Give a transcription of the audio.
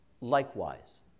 likewise